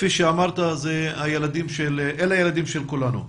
כפי שאמרת, אלה הילדים של כולנו.